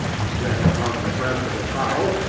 and then upon the breast of a fowl,